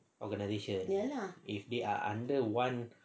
organisation if they are under one